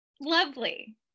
lovely